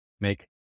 make